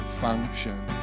function